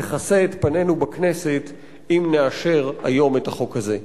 תכסה את פנינו בכנסת אם נאשר היום את החוק הזה.